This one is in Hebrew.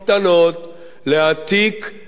להעתיק את מגוריהם,